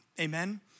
Amen